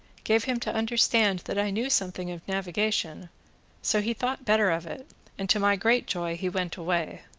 gave him to understand that i knew something of navigation so he thought better of it and, to my great joy, he went away.